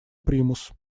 примус